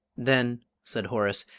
then, said horace,